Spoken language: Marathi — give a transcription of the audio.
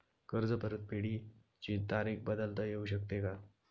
कर्ज परतफेडीची तारीख बदलता येऊ शकते का?